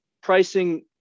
pricing